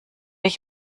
ich